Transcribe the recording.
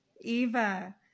Eva